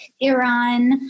Iran